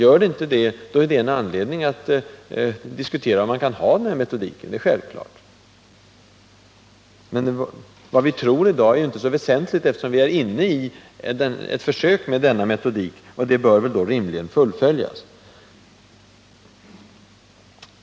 Om inte, är det en anledning att diskutera om man kan använda den här metodiken — det är självklart. Vad vi tror i dag är inte så " väsentligt, eftersom försöket rimligen bör fullföljas.